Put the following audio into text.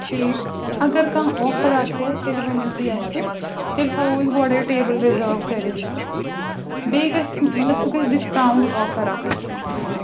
ٹھیٖک اگر کانٛہہ آفَر آسہِ ہہ تیٚلہِ ؤنِو تُہۍ اَسہِ تیٚلہِ تھاوَو أسۍ گۄڈَے ٹیبٕل رِزٲو کٔرِتھ بیٚیہِ گژھِ مطلب سُہ گژھِ ڈِسکاوُںٛٹ آفَر اَکھ آسُن